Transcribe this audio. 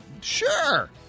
Sure